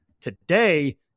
Today